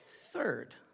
third